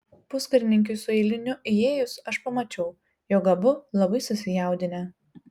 puskarininkiui su eiliniu įėjus aš pamačiau jog abu labai susijaudinę